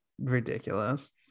ridiculous